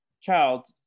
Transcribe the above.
child